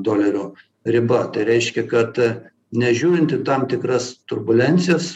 dolerio riba tai reiškia kad nežiūrint į tam tikras turbulencijos